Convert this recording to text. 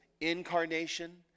incarnation